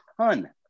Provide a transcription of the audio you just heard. ton